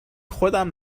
خودم